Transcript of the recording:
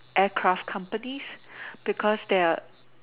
aircraft companies because they are